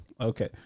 Okay